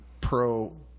pro